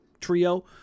trio